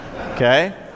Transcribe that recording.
Okay